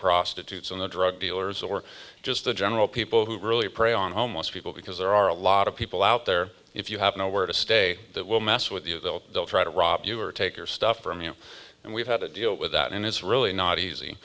prostitutes on the drug dealers or just the general people who really prey on homeless people because there are a lot of people out there if you have nowhere to stay that will mess with you they'll try to rob you or take your stuff from you and we've had to deal with that and it's really not easy